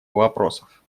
вопросов